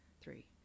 three